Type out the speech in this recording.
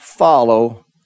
follow